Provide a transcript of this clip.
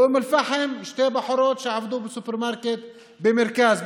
באום אל-פחם שתי בחורות שעבדו בסופרמרקט במרכז,